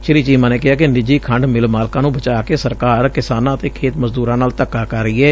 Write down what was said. ਸ੍ਰੀ ਚੀਮਾ ਨੇ ਕਿਹਾ ਕਿ ਨਿੱਜੀ ਖੰਡ ਮਿਲ ਮਾਲਕਾਂ ਨ੍ਰੰ ਬਚਾਅ ਕੇ ਸਰਕਾਰ ਕਿਸਾਨਾਂ ਅਤੇ ਖੇਤ ਮਜ਼ਦੂਰਾਂ ਨਾਲ ਧੱਕਾ ਕਰ ਰਹੀ ਏ